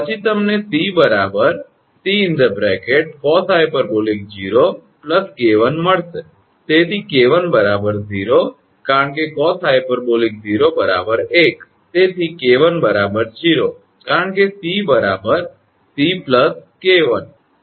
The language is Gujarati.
પછી તમને 𝑐 𝑐cosh 𝐾1 મળશે તેથી 𝐾1 0 કારણ કે cosh 0 1 તેથી 𝐾1 0 કારણ કે 𝑐 𝑐 𝐾1